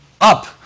Up